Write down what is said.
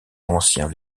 anciens